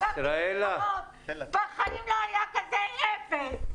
עברתי מלחמות, בחיים לא היה כזה אפס.